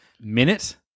Minute